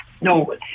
No